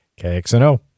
KXNO